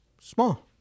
Small